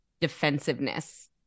defensiveness